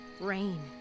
rain